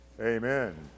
Amen